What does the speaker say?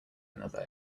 another